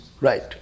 Right